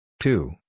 Two